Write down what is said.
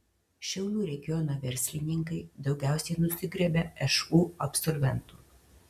šiaulių regiono verslininkai daugiausiai nusigriebia šu absolventų